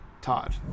Todd